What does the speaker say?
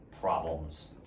problems